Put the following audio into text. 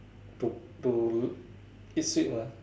to to eat sweet mah